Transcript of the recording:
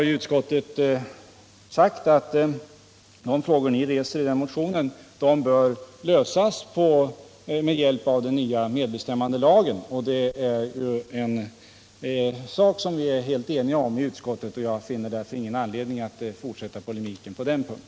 Utskottet har sagt att de frågor som ni reser i denna motion bör lösas med hjälp av den nya medbestämmandelagen. Det är en sak som vi är helt eniga om i utskottet. Jag finner därför ingen anledning att fortsätta polemiken på den punkten.